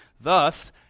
Thus